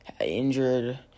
injured